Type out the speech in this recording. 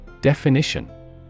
Definition